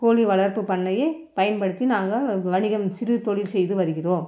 கோழி வளர்ப்பு பண்ணையை பயன்படுத்தி நாங்கள் வணிகம் சிறு தொழில் செய்து வருகிறோம்